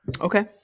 okay